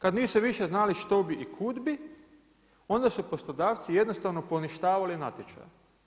Kad više nisu znali što bi i kud bi, onda su poslodavci jednostavno poništavali natječaj.